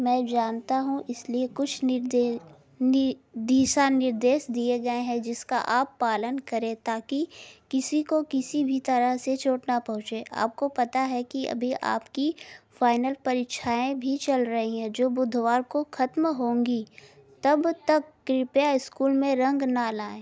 मैं जानता हूँ इसलिए कुछ निर्दे नी दिशा निर्देश दिए गए हैं जिसका आप पालन करें ताकि किसी को किसी भी तरह से चोट ना पहुँचे आपको पता है कि अभी आपकी फाइनल परीक्षाएँ भी चल रही हैं जो बुधवार को ख़त्म होंगी तब तक कृपया स्कूल में रंग ना लाएँ